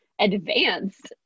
advanced